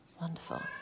Wonderful